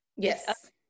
yes